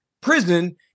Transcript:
prison